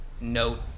note